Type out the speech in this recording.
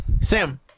Sam